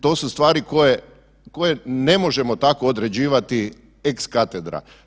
To su stvari koje ne možemo tako određivati ex cathedra.